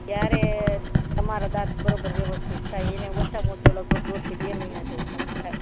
ત્યારે તમારા દાંત બરાબર વ્યવસ્થિત થાય એને ઓછામાં ઓછો લગભગ દોઢથી બે મહિના જેવો ટાઈમ થાય